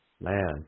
Man